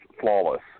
flawless